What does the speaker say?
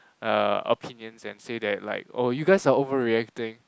uh opinions and say that like oh you guys are overreacting